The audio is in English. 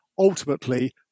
Ultimately